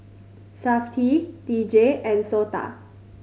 Safti D J and SOTA